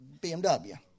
BMW